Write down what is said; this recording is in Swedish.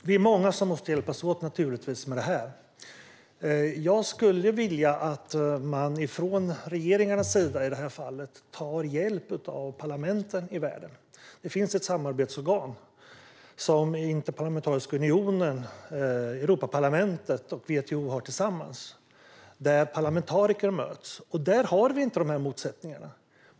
Herr talman! Vi är naturligtvis många som måste hjälpas åt med detta. Jag skulle vilja att man från i det här fallet regeringarnas sida tog hjälp av parlamenten i världen. Det finns ett samarbetsorgan som Interparlamentariska unionen, Europaparlamentet och WTO har tillsammans och där parlamentariker möts. Där har vi inte de här motsättningarna.